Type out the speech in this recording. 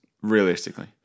realistically